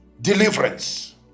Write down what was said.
deliverance